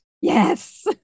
Yes